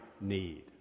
need